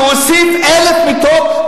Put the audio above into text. כשהוא הוסיף 1,000 מיטות,